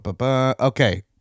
Okay